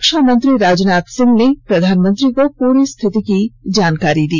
रक्षा मंत्री राजनाथ सिंह ने प्रधानमंत्री को पूरी स्थिति की जानकारी दी